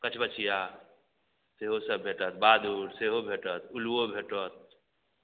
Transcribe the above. कचबिया सेहो सब भेटत बादुर सेहो भेटत उल्लूओ भेटत